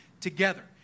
together